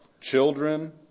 children